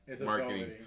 marketing